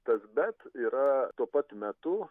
tas bet yra tuo pat metu